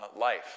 life